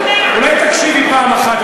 אולי תקשיבי פעם אחת?